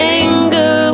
anger